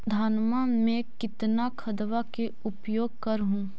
धानमा मे कितना खदबा के उपयोग कर हू?